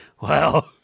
wow